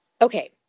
Okay